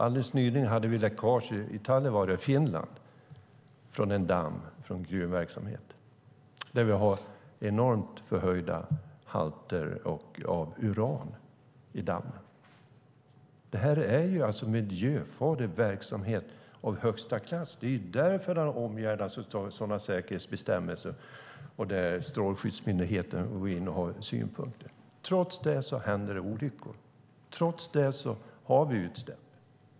Alldeles nyligen var det ett läckage i Talvivaara i Finland från en damm i samband med gruvverksamhet. Där är det enormt förhöjda halter av uran i dammen. Det här är alltså en i högsta grad miljöfarlig verksamhet. Det är därför den omgärdas av sådana säkerhetsbestämmelser där Strålskyddsmyndigheten har synpunkter. Trots det händer det olyckor. Trots det har vi utsläpp.